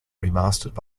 remastered